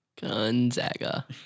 Gonzaga